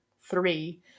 three